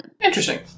Interesting